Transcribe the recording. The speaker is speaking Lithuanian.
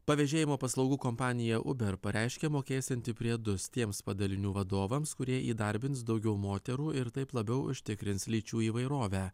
pavėžėjimo paslaugų kompanija uber pareiškė mokėsianti priedus tiems padalinių vadovams kurie įdarbins daugiau moterų ir taip labiau užtikrins lyčių įvairovę